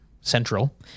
central